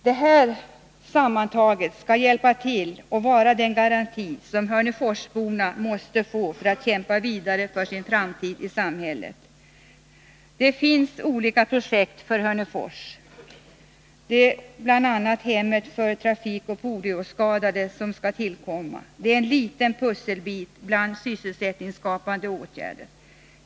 Allt detta skall sammantaget vara den garanti som hörneforsborna måste få för att kämpa vidare för sin framtid i samhället. Det finns olika projekt för Hörnefors, bl.a. hemmet för trafikoch polioskadade som skall tillkomma. Det är en liten pusselbit bland sysselsättningsskapande åtgärder.